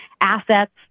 assets